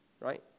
right